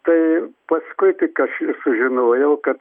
tai paskui tik aš sužinojau kad